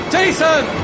Jason